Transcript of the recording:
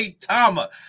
Tama